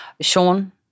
Sean